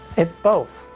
it's both!